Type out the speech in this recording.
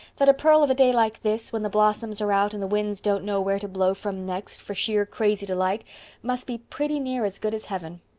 that a pearl of a day like this, when the blossoms are out and the winds don't know where to blow from next for sheer crazy delight must be pretty near as good as heaven.